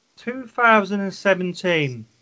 2017